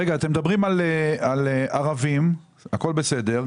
אתם מדברים על ערבים, הכול בסדר.